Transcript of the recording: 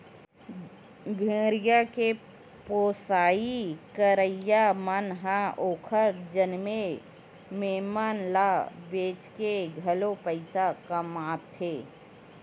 भेड़िया के पोसई करइया मन ह ओखर जनमे मेमना ल बेचके घलो पइसा कमाथे